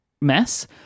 mess